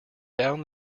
down